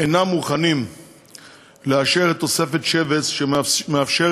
אינם מוכנים לאשר את תוספת שבס שמאפשרת